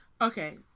Okay